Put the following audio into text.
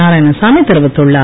நாரயாணசாமி தெரிவித்துள்ளார்